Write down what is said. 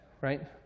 right